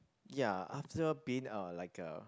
ya after been uh like a